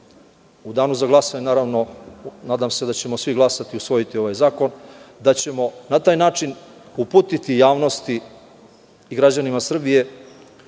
u danu za glasanje naravno, nadam se da ćemo svi glasati i usvojiti ovaj zakon, da ćemo na taj način uputiti javnosti i građanima Srbije